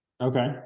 Okay